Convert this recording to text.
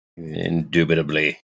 Indubitably